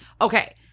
Okay